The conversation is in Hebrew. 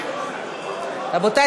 רבותי,